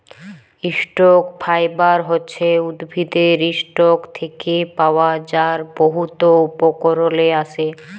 stock fibre হছে উদ্ভিদের ইসটক থ্যাকে পাওয়া যার বহুত উপকরলে আসে